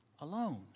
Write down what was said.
alone